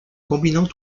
combinant